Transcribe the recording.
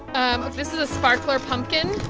um this is a sparkler pumpkin.